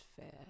fair